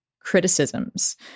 criticisms